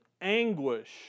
anguish